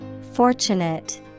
Fortunate